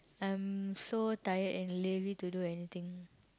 I'm so tired and lazy to do anything